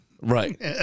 Right